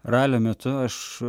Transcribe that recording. ralio metu aš